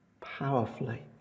powerfully